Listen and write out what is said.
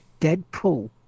deadpool